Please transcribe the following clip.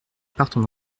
partent